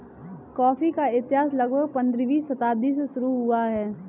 coffee का इतिहास लगभग पंद्रहवीं शताब्दी से शुरू हुआ है